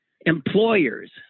employers